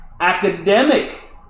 academic